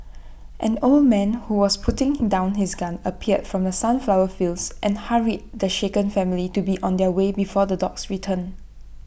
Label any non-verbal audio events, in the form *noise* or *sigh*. an old man who was putting *unintelligible* down his gun appeared from the sunflower fields and hurried the shaken family to be on their way before the dogs return